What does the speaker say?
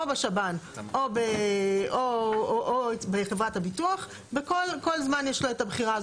בשב"ן או בחברת הביטוח וכל זמן יש לו את הבחירה הזאת.